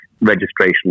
registration